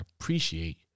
appreciate